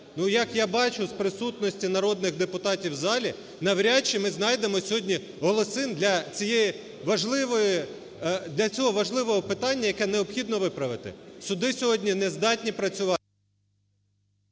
як я бачу з присутності народних депутатів в залі, навряд чи ми знайдемо сьогодні голоси для цієї важливої… для цього важливого питання, яке необхідно виправити. Суди сьогодні не здатні працювати…